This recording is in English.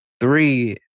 three